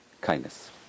kindness